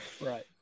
Right